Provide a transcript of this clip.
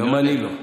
גם אני לא.